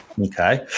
Okay